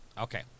Okay